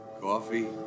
Coffee